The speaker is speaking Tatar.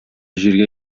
җиргә